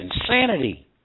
insanity